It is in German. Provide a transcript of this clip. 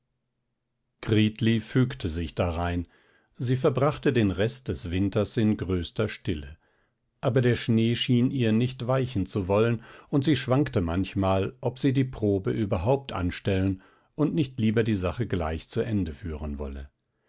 fügte sich darein sie verbrachte den rest des winters in größter stille aber der schnee schien ihr nicht weichen zu wollen und sie schwankte manchmal ob sie die probe überhaupt anstellen und nicht lieber die sache gleich zu ende führen wolle